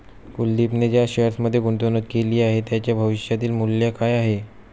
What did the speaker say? कुलदीपने ज्या शेअर्समध्ये गुंतवणूक केली आहे, त्यांचे भविष्यातील मूल्य काय आहे?